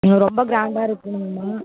ம் ரொம்ப க்ராண்டாக இருக்கணுங்கம்மா